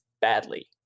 badly